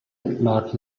lag